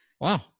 wow